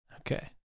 Okay